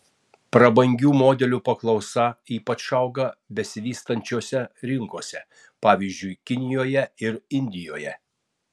prabangių modelių paklausa ypač auga besivystančiose rinkose pavyzdžiui kinijoje ir indijoje